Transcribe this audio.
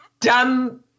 dumb